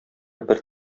бер